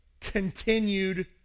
continued